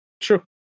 True